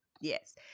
Yes